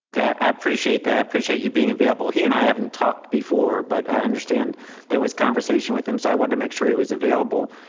yeah i appreciate that. i appreciate you being available. he and i haven't talked before, but i understand there was with him. so i wanted to make sure he was available.